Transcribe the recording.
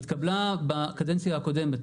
התקבלה בקדנציה הקודמת,